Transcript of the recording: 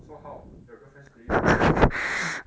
so how your girlfriend steady or not your girlfriend